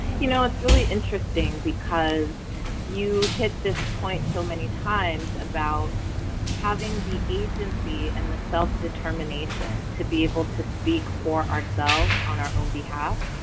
you know, it's really interesting because you hit this point so many times about having the agency and the self-determination to be able to speak for ourselves on our own behalf.